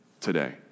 today